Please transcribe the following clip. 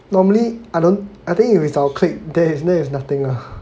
normally I don't I think if it's our clique then then is nothing lah